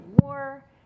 war